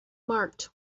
marked